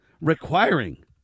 requiring